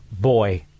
boy